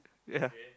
ya